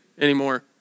anymore